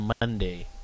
Monday